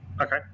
Okay